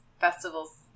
Festival's